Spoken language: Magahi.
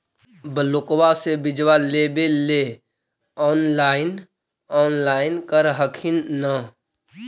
ब्लोक्बा से बिजबा लेबेले ऑनलाइन ऑनलाईन कर हखिन न?